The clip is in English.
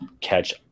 catch